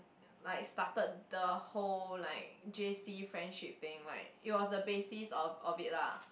like started the whole like J_C friendship thing like it was the basis of of it lah